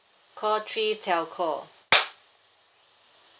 call three telco